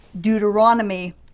Deuteronomy